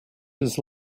this